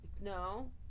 No